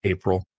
April